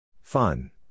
Fun